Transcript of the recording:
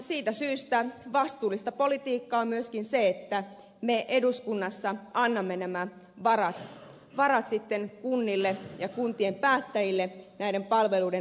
siitä syystä vastuullista politiikkaa on myöskin se että me eduskunnassa annamme nämä varat kunnille ja kuntien päättäjille näiden palveluiden toteuttamiseksi